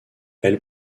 elle